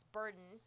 burden